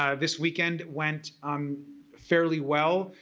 ah this weekend went um fairly well.